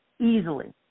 easily –